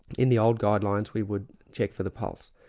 in the old guidelines we would check for the pulse,